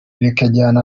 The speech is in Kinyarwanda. bikajyana